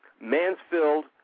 Mansfield